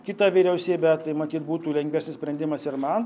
kitą vyriausybę tai matyt būtų lengvesnis sprendimas ir man